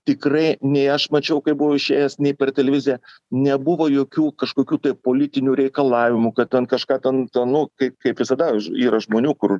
tikrai nei aš mačiau kaip buvo išėjęs nei per televiziją nebuvo jokių kažkokių tai politinių reikalavimų kad ten kažką ten ten nu kaip kaip visada yra žmonių kur